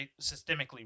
systemically